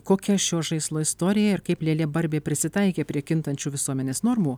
kokia šio žaislo istorija ir kaip lėlė barbė prisitaikė prie kintančių visuomenės normų